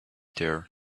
there